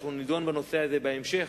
שאנחנו נדון בנושא הזה בהמשך,